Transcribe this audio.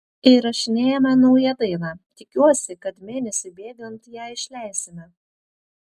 įrašinėjame naują dainą tikiuosi kad mėnesiui bėgant ją išleisime